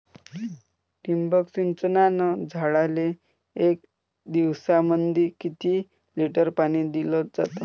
ठिबक सिंचनानं झाडाले एक दिवसामंदी किती लिटर पाणी दिलं जातं?